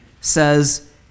says